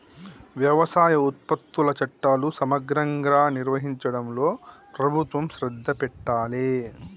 వ్యవసాయ ఉత్పత్తుల చట్టాలు సమగ్రంగా నిర్వహించడంలో ప్రభుత్వం శ్రద్ధ పెట్టాలె